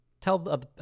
Tell